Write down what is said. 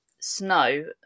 snow